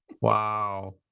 Wow